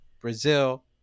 Brazil